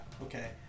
Okay